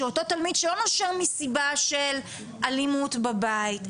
שאותו תלמיד שלא נושר מסיבה של אלימות בבית,